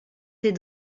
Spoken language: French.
tes